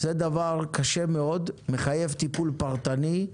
זה דבר קשה מאוד המחייב טיפול פרטני,